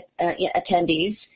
attendees